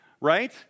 right